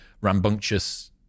rambunctious